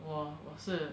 我我是